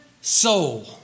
soul